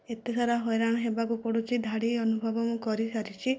ଏତେସାରା ହଇରାଣ ହେବାକୁ ପଡ଼ୁଛି ଧାଡ଼ି ଅନୁଭବ ମୁଁ କରିସାରିଛି